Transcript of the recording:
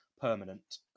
Permanent